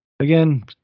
Again